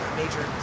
major